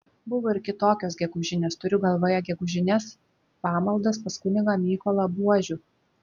buvo ir kitokios gegužinės turiu galvoje gegužines pamaldas pas kunigą mykolą buožių